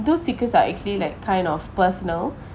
those secrets are actually like kind of personal